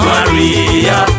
Maria